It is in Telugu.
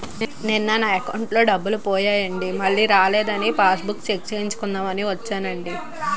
నిన్న నా అకౌంటులో డబ్బులు పోయాయండి మల్లీ రానేదని పాస్ బుక్ సూసుకుందాం అని వచ్చేనండి